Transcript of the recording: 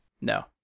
No